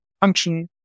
function